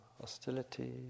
hostility